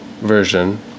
version